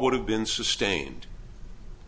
would have been sustained